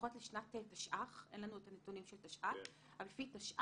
לפחות לשנת תשע"ח אין לנו את הנתונים של תשע"ט אבל לפי תשע"ח,